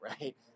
right